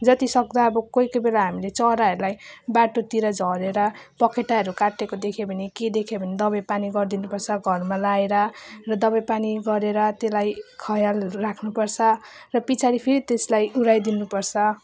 जतिसक्दो अब कोही कोही बेला हामीले चराहरूलाई बाटोतिर झरेर पखेटाहरू काटिएको देख्यौँ भने के देख्यौँ भने दबाईपानी गरिदिनुपर्छ घरमा ल्याएर र दबाईपानी गरेर त्यसलाई ख्यालहरू राख्नुपर्छ र पछाडि फेरि त्यसलाई उडाइदिनु पर्छ